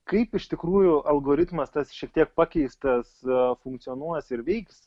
kaip iš tikrųjų algoritmas tas šiek tiek pakeistas funkcionuos ir veiks